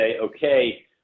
okay